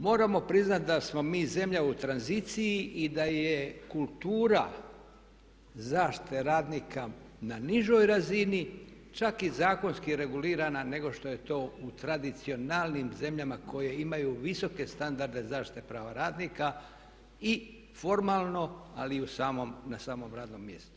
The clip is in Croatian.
Moramo priznati da smo mi zemlja u tranziciji i da je kultura zaštite radnika na nižoj razini čak i zakonski regulirana nego što je to u tradicionalnim zemljama koje imaju visoke standarde zaštite prava radnika i formalno ali i na samom radnom mjestu.